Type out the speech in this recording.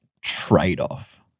trade-off